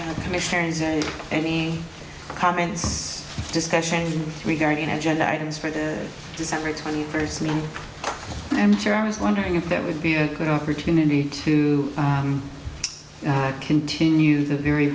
and any comments discussion regarding agenda items for the december twenty first meeting i'm sure i was wondering if that would be a good opportunity to continue the very